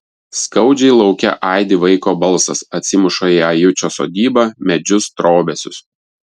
skaudžiai lauke aidi vaiko balsas atsimuša į ajučio sodybą medžius trobesius